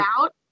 Out